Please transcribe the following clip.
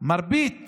" מרבית